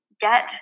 get